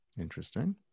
Interesting